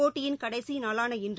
போட்டியின் கடைசி நாளான இன்று